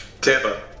Tampa